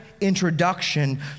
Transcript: introduction